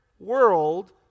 world